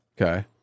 Okay